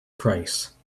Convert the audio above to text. price